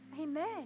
amen